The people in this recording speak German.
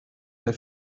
der